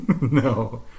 No